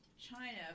China